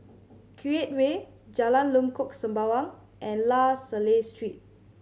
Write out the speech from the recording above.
Create Way Jalan Lengkok Sembawang and La Salle Street